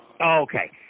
Okay